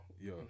Yo